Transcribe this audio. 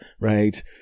right